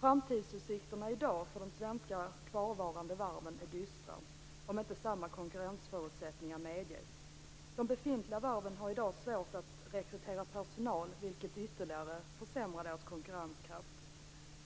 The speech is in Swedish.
Framtidsutsikterna i dag för de svenska kvarvarande varven är dystra om inte samma konkurrensförutsättningar medges. De befintliga varven har i dag svårt att rekrytera personal, vilket ytterligare försämrar deras konkurrenskraft.